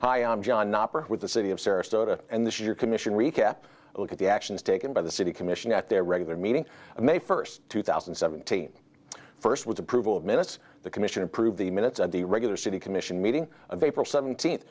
hi i'm john with the city of sarasota and this year commission recap a look at the actions taken by the city commission at their regular meeting may first two thousand and seventeen first with approval of minutes the commission approved the minutes of the regular city commission meeting of april seventeenth